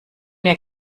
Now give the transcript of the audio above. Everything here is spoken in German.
wir